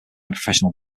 professional